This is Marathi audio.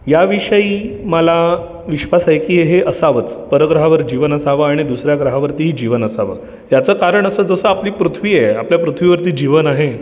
याविषयी माला विश्वास आहे की हे असावंच परग्रहावर जीवन असावं आणि दुसऱ्या ग्रहावरती जीवन असावं याचं कारण असं जसं आपली पृथ्वी आहे आपल्या पृथ्वीवरती जीवन आहे